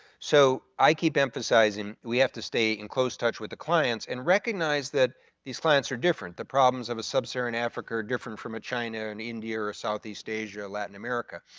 so, i keep emphasizing we have to stay in close touch with the clients, and recognize that these clients are different, the problems of sub-saharan africa are different from china and india or southeast asia, or latin america.